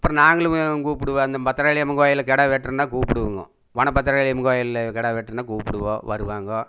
அப்புறம் நாங்களுமே கூப்பிடுவோம் அந்த பத்தரகாளி அம்மன் கோவிலில் கிடா வெட்டினா கூப்பிடுவோங்க வன பத்தரகாளியம்மன் கோயிலில் கிடா வெட்டினா கூப்பிடுவோம் வருவாங்க